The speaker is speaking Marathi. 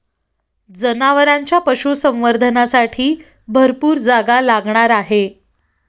जनावरांच्या पशुसंवर्धनासाठी भरपूर जागा लागणार आहे